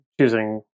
choosing